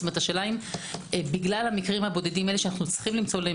השאלה אם בגלל המקרים הבודדים האלה שאנו צריכים למצוא להם